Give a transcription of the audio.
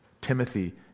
Timothy